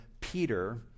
Peter